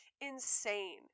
insane